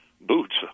boots